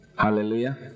Hallelujah